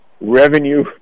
revenue